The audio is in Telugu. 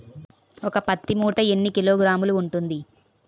ఒక పత్తి మూట ఎన్ని కిలోగ్రాములు ఉంటుంది?